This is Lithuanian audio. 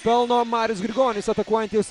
pelno marius grigonis atakuojantis